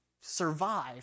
survive